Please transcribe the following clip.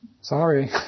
sorry